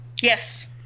Yes